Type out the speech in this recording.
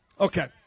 Okay